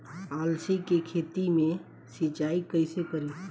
अलसी के खेती मे सिचाई कइसे करी?